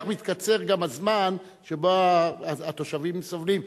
כך מתקצר גם הזמן שבו התושבים סובלים,